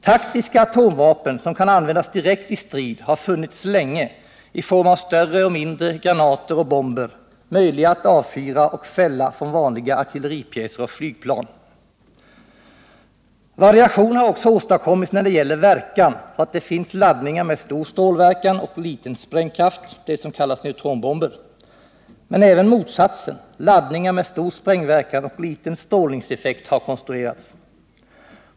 Taktiska atomvapen, som kan användas direkt i strid, har funnits länge i form av större eller mindre granater och bomber, möjliga att avfyra och fälla från vanliga artilleripjäser och flygplan. Variation har också åstadkommits när det gäller verkan, så att det finns laddningar med stor strålverkan och liten sprängkraft, de som kallas neutronbomber. Men även motsatsen, laddningar med stor sprängverkan och liten strålningseffekt, har konstruerats.